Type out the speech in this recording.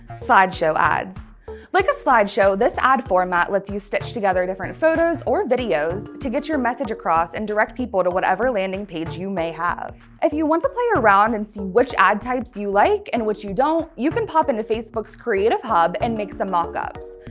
slideshow ads like a slideshow, this ad format lets you stitch together different photos or videos to get your message across and direct people to whatever landing page you may have. if you want to play around and see which ad types you you like and which you don't, you can pop into facebook's creative hub and make some mockups.